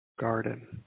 garden